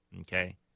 okay